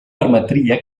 permetria